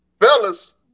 fellas